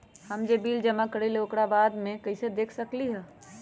हम जे बिल जमा करईले ओकरा बाद में कैसे देख सकलि ह?